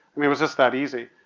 i mean it was just that easy.